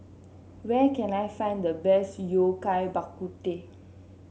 where can I find the best Yao Cai Bak Kut Teh